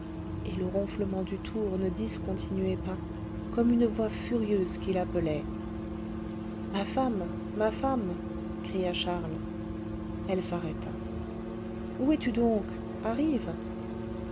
et le ronflement du tour ne discontinuait pas comme une voix furieuse qui l'appelait ma femme ma femme cria charles elle s'arrêta où es-tu donc arrive